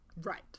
Right